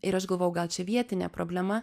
ir aš galvojau gal čia vietinė problema